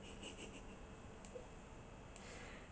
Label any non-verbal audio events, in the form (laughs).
(laughs)